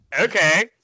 Okay